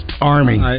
Army